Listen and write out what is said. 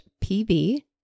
P-V